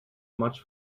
much